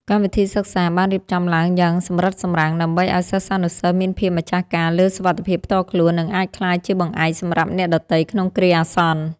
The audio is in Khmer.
កម្មវិធីសិក្សាបានរៀបចំឡើងយ៉ាងសម្រិតសម្រាំង ដើម្បីឱ្យសិស្សានុសិស្សមានភាពម្ចាស់ការលើសុវត្ថិភាពផ្ទាល់ខ្លួន និងអាចក្លាយជាបង្អែកសម្រាប់អ្នកដទៃក្នុងគ្រាអាសន្ន។